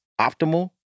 optimal